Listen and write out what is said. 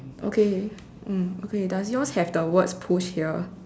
okay mm okay does yours have the words push here